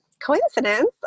Coincidence